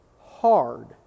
hard